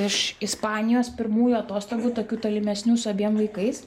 iš ispanijos pirmųjų atostogų tokių tolimesnių su abiem vaikais